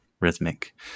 rhythmic